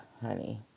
honey